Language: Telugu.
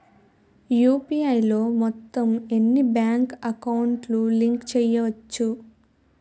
యు.పి.ఐ లో మొత్తం ఎన్ని బ్యాంక్ అకౌంట్ లు లింక్ చేయచ్చు?